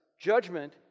judgment